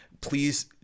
please